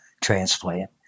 transplant